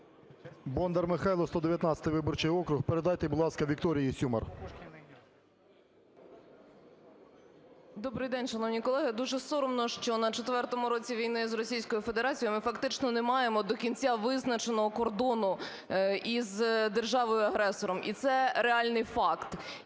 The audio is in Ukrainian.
Бондар Михайло, 119-й виборчий округ. Передайте, будь ласка, Вікторії Сюмар. 11:39:31 СЮМАР В.П. Добрий день, шановні колеги! Дуже соромно, що на четвертому році війни з Російською Федерацією ми фактично не маємо до кінця визначеного кордону із державою-агресором, і це реальний факт.